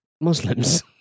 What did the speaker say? Muslims